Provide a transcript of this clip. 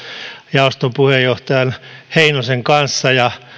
jaoston puheenjohtaja heinosen kanssa ja